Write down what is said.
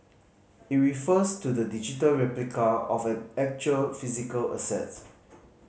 it refers to the digital replica of an actual physical assets